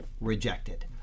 rejected